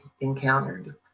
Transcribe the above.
encountered